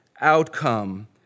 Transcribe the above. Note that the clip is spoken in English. outcome